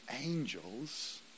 angels